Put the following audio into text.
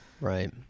Right